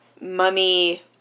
mummy